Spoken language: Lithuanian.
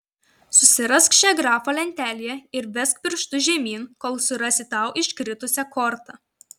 susirask šią grafą lentelėje ir vesk pirštu žemyn kol surasi tau iškritusią kortą